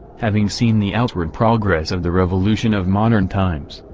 having seen the outward progress of the revolution of modern times,